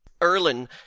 Erlin